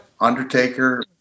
Undertaker